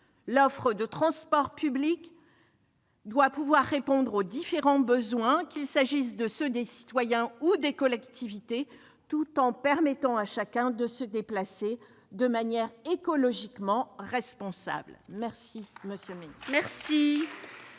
L'offre de transports publics doit répondre aux différents besoins, qu'il s'agisse des citoyens ou des collectivités, tout en permettant à chacun de se déplacer de manière écologiquement responsable. La parole est